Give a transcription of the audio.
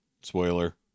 spoiler